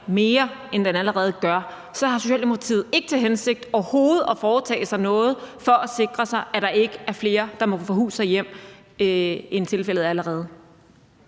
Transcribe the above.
mere, end den allerede gør, så har Socialdemokratiet ikke til hensigt overhovedet at foretage sig noget for at sikre, at der ikke er flere, der må gå fra hus og hjem, end tilfældet er allerede?